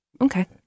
Okay